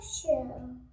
Show